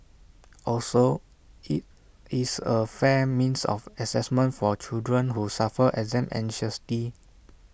also IT is A fair means of Assessment for children who suffer exam anxiety